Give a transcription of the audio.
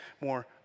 more